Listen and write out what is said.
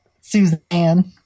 Suzanne